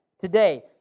today